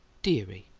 dearie!